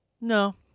no